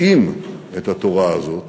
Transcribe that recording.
התאים את התורה הזאת